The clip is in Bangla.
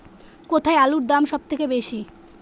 কোথায় আলুর দাম সবথেকে বেশি?